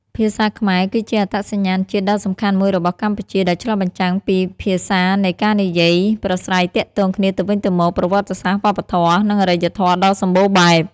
ភាសាខ្មែរគឺជាអត្តសញ្ញាណជាតិដ៏សំខាន់មួយរបស់កម្ពុជា ដែលឆ្លុះបញ្ចាំងពីភាសារនៃការនិយាយប្រាស្រ័យទាក់ទងគ្នាទៅវិញទៅមក ប្រវត្តិសាស្ត្រ វប្បធម៌ និងអរិយធម៌ដ៏សម្បូរបែប។